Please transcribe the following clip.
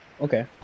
Okay